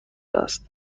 است